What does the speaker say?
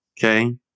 Okay